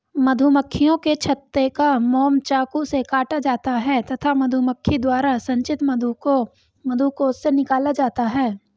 मधुमक्खियों के छत्ते का मोम चाकू से काटा जाता है तथा मधुमक्खी द्वारा संचित मधु को मधुकोश से निकाला जाता है